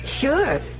sure